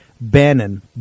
Bannon